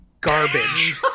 garbage